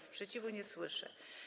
Sprzeciwu nie słyszę.